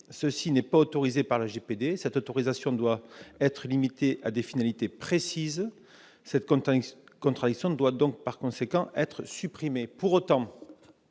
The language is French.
Cela n'est pas autorisé par le RGPD : cette autorisation doit être limitée à des finalités précises. Cette contradiction doit par conséquent être supprimée.